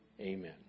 Amen